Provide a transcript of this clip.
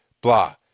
blah